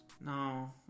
no